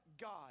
God